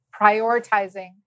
prioritizing